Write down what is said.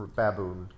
baboon